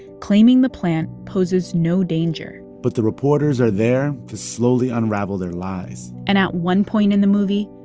claiming the plant poses no danger but the reporters are there to slowly unravel their lies and at one point in the movie,